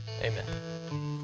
Amen